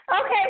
Okay